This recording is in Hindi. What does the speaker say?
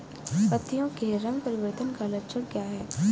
पत्तियों के रंग परिवर्तन का लक्षण क्या है?